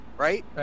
Right